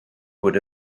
would